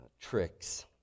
tricks